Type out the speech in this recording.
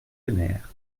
aimèrent